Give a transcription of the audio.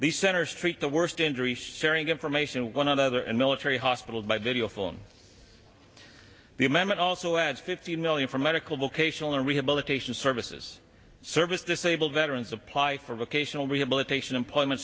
these centers treat the worst injury sharing information with one another and military hospitals by videophone the amendment also adds fifty million for medical vocational rehabilitation services service disabled veterans apply for vocational rehabilitation employment